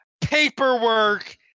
paperwork